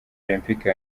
olempike